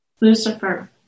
Lucifer